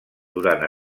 durant